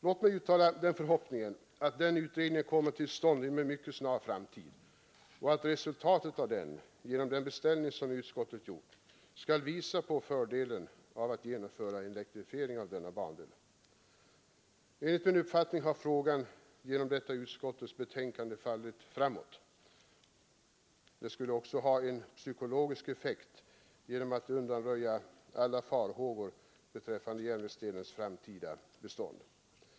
Låt mig uttala den förhoppningen att denna utredning kommer till stånd inom en mycket snar framtid och att resultatet av utredningen blir att man påvisar fördelen av att elektrifiera denna bandel. Enligt min uppfattning har frågan genom detta utskottets betänkande fallit framåt. Ett sådant utredningsresultat skulle också ha den psykologiska effekten att det undanröjer alla farhågor beträffande järnvägsdelens framtida bestånd.